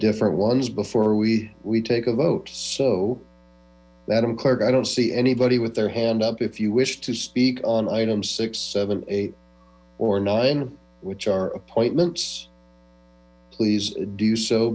different ones before we we take a vote so madam clerk i don't see anybody with their hand up if you wish to speak on item six seven eight or nine which are appointments please do so